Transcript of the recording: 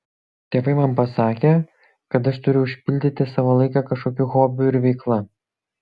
tėvai man pasakė kad aš turiu užpildyti savo laiką kažkokiu hobiu ir veikla